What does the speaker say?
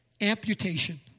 amputation